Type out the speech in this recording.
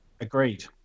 agreed